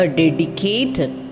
dedicated